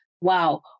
wow